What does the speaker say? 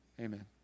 amen